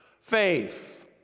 faith